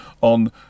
on